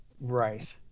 Right